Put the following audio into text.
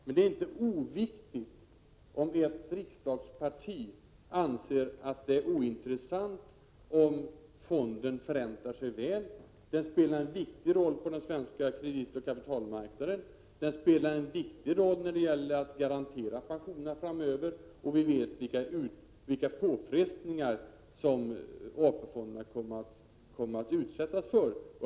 Men det är inte oviktigt om ett riksdagsparti anser att det är ointressant huruvida fonden förräntar sig väl. Den spelar ju en viktig roll på den svenska kreditoch kapitalmarknaden och när det gäller att garantera pensionerna framöver. Och vi vet vilka påfrestningar som AP-fonderna kommer att utsättas för.